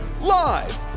Live